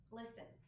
listen